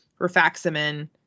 Rifaximin